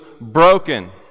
broken